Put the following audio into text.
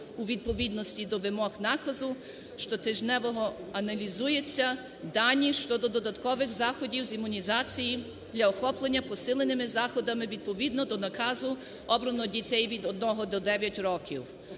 У відповідності до вимог наказу, щотижнево аналізуються дані щодо додаткових заходів з імунізації для охоплення посиленими заходами. Відповідно до наказу обрано дітей від 1 до 9 років.